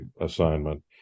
assignment